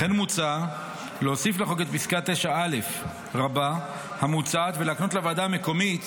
לכן מוצע להוסיף לחוק את פסקה (9א) המוצעת ולהקנות לוועדה המקומית,